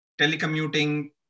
telecommuting